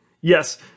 Yes